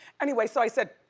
anyway, so i said,